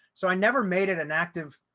so i never made an inactive,